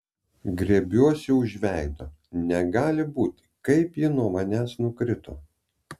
griebiuosi už veido negali būti kaip ji nuo manęs nukrito